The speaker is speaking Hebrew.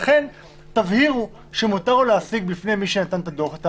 לכן, תבהירו שמותר לו להשיג בפני מי שנתן את הדוח.